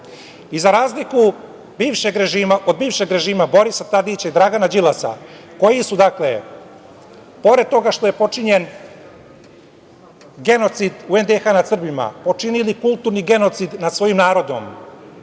Za razliku od bivšeg režima Borisa Tadića i Dragana Đilasa koji su, pored toga što je počinjen genocid u NDH nad Srbima, počinili kulturni genocid nad svojim narodom